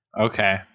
Okay